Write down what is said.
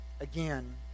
again